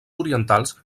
orientals